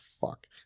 fuck